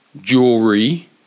Jewelry